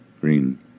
Green